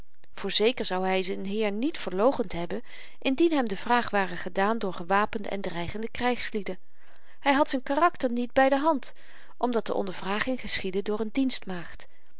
voorzeker zou hy z'n heer niet verloochend hebben indien hem de vraag ware gedaan door gewapende en dreigende krygslieden hy had z'n karakter niet by de hand omdat de ondervraging geschiedde door n